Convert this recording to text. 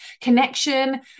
connection